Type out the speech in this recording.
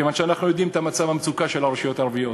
כיוון שאנחנו יודעים את מצב המצוקה של הרשויות הערביות.